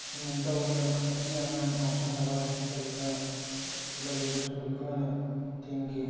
ꯑꯁꯨꯃꯥꯏꯅ ꯇꯧꯗꯨꯅ ꯅꯨꯄꯤ ꯑꯉꯥꯡ ꯉꯥꯎꯁꯟꯅꯕ ꯀꯔꯤ ꯀꯔꯥ ꯂꯩꯕꯗꯨꯁꯨ ꯑꯩꯈꯣꯏꯅ ꯊꯤꯡꯈꯤ